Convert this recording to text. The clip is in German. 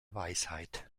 weisheit